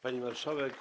Pani Marszałek!